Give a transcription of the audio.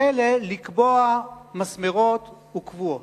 לכלא לקבוע מסמרות וקבועות.